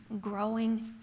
growing